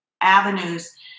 avenues